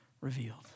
revealed